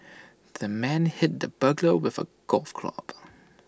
the man hit the burglar with A golf club